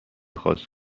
خواست